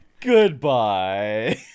goodbye